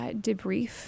debrief